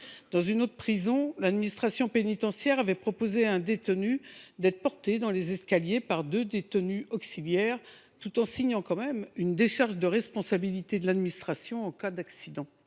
Dans une autre prison, l’administration pénitentiaire avait proposé à un détenu d’être porté dans les escaliers par deux détenus auxiliaires, tout en leur faisant signer tout de même une décharge de responsabilité en cas d’accident.